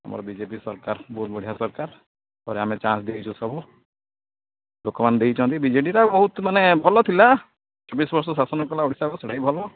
ଆମର ବିଜେପି ସରକାର ବହୁତ ବଢ଼ିଆ ସରକାର ଆହୁରି ଆମେ ଚାନ୍ସ୍ ଦେଇଛୁ ସବୁ ଲୋକମାନେ ଦେଇଚନ୍ତି ବିଜେଡ଼ିଟା ମାନେ ବହୁତ ଭଲ ଥିଲା ଚବିଶ ବର୍ଷ ଶାସନ କଲା ଓଡ଼ିଶାକୁ ସେଇଟା ବି ଭଲ